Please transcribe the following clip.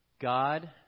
God